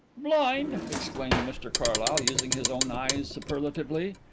blind! exclaimed mr carlyle, using his own eyes superlatively.